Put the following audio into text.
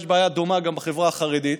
יש בעיה דומה גם בחברה החרדית.